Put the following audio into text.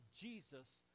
Jesus